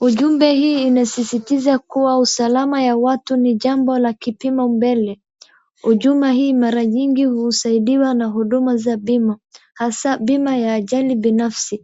Ujumbe hii imesisitiza kuwa usalama ya watu ni jambo la kipimo mbele. Ujumbe hii mara nyingi husaidiwa na huduma za bima, hasaa bima ya ajali binafsi.